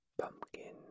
pumpkin